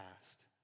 past